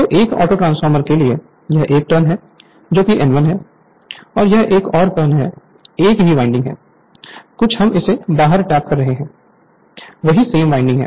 तो एक ऑटोट्रांसफॉर्मर के लिए यह एक टर्न है जो कि N1 है और यह एक और टर्न है एक ही वाइंडिंग है कुछ हम इसे बाहर टैप कर रहे हैं वही सेम वाइंडिंग है